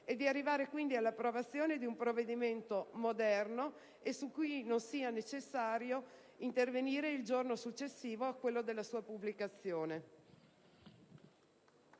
per arrivare all'approvazione di un provvedimento moderno su cui non sia necessario intervenire il giorno successivo a quello della sua pubblicazione.